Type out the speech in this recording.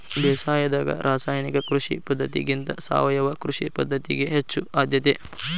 ಬೇಸಾಯದಾಗ ರಾಸಾಯನಿಕ ಕೃಷಿ ಪದ್ಧತಿಗಿಂತ ಸಾವಯವ ಕೃಷಿ ಪದ್ಧತಿಗೆ ಹೆಚ್ಚು ಆದ್ಯತೆ